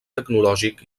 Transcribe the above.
tecnològic